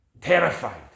terrified